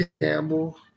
Campbell